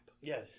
Yes